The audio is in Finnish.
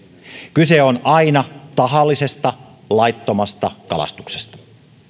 kyse on aina tahallisesta laittomasta kalastuksesta